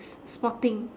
s~ s~ sporting